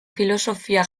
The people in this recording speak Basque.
filosofia